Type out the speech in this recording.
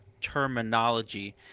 terminology